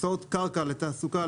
הקצאות קרקע לתעסוקה,